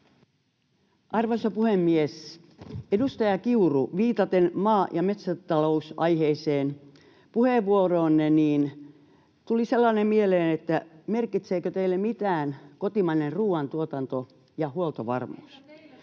Arvoisa puhemies! Edustaja Kiuru, viitaten maa- ja metsätalousaiheiseen puheenvuoroonne, tuli sellainen mieleen, että merkitseekö teille mitään kotimainen ruoantuotanto ja huoltovarmuus?